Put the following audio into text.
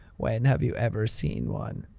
when have you ever seen one?